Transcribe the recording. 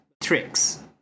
tricks